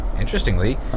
Interestingly